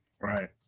Right